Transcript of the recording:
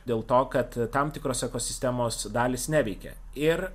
dėl to kad tam tikros ekosistemos dalys neveikia ir